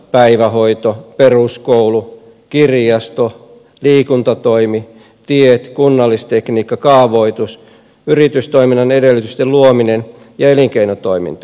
päivähoito peruskoulu kirjasto liikuntatoimi tiet kunnallistekniikka kaavoitus yritystoiminnan edellytysten luominen ja elinkeinotoiminta